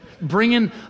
bringing